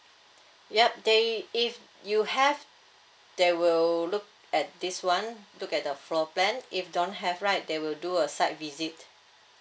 yup they if you have they will look at this one look at the floor plan if don't have right they will do a site visit